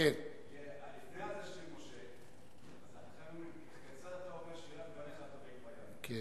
לפני --- של משה --- היו אומרים: וכי